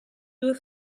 due